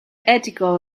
ethical